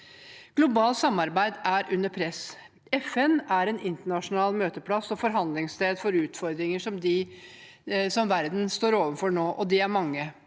Globalt samarbeid er under press. FN er en internasjonal møteplass og et forhandlingssted for utfordringer verden står overfor nå, og de er mange.